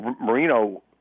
Marino